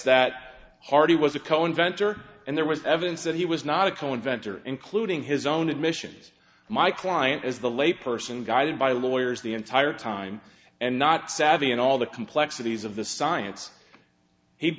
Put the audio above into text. that harvey was a co inventor and there was evidence that he was not a cohen ventre including his own admissions my client as the lay person guided by lawyers the entire time and not savvy and all the complexities of the science he